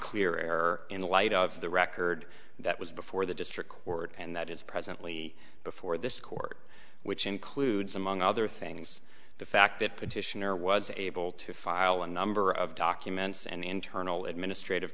clear error in light of the record that was before the district court and that is presently before this court which includes among other things the fact that petitioner was able to file a number of documents and internal administrative